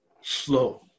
slow